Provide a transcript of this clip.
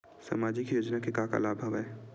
सामाजिक योजना के का का लाभ हवय?